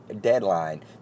deadline